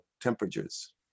temperatures